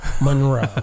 monroe